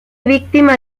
víctima